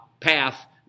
path